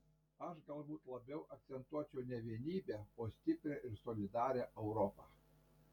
aš galbūt labiau akcentuočiau ne vienybę o stiprią ir solidarią europą